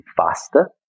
faster